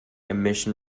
emission